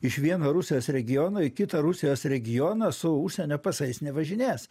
iš vieno rusijos regiono į kitą rusijos regioną su užsienio pasais nevažinės